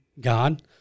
God